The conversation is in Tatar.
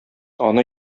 аны